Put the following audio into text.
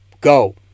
go